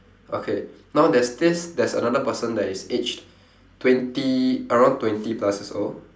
okay now there's this there's another person that is aged twenty around twenty plus years old